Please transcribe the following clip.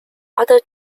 other